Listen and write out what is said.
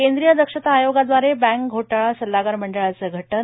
केंद्रीय दक्षता आयोगादवारे बँक घोटाळा सल्लागार मंडळाचं गठन